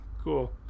cool